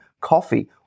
coffee